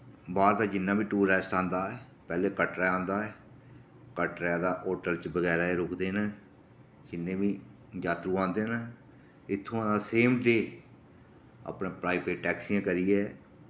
बाह्र दा जिन्ना बी टूरिस्ट आंदा ऐ पैह्ले कटरे आंदा ऐ कटरे दा होटल च बगैरा च रुकदे न जिन्ने बी जात्तरू आंदे न इत्थोआं सेम डे अपना प्राइवेट टैक्सियां करियै